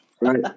right